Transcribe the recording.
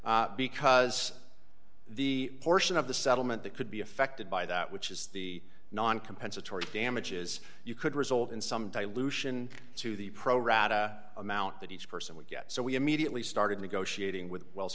because the portion of the settlement that could be affected by that which is the non compensatory damages you could result in some dilution to the pro rata amount that each person would get so we immediately started negotiating with wells